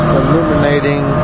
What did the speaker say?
illuminating